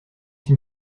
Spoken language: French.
une